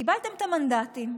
קיבלתם את המנדטים,